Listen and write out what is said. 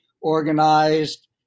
organized